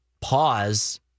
pause